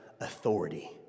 authority